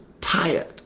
tired